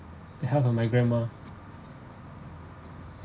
the health of my grandma